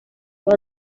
aba